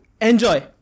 enjoy